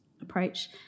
approach